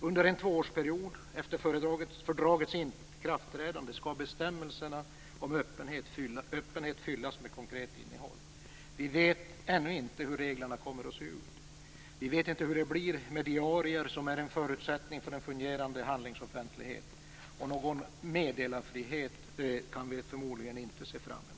Under en tvåårsperiod efter fördragets ikraftträdande skall bestämmelserna om öppenhet fyllas med ett konkret innehåll. Vi vet ännu inte hur reglerna kommer att se ut. Vi vet inte hur det blir med diarier, som är en förutsättning för en fungerande handlingsoffentlighet. Någon meddelarfrihet kan vi förmodligen inte se fram emot.